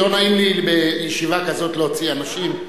לא נעים לי בישיבה כזאת להוציא אנשים,